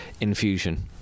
infusion